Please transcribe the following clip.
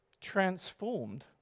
transformed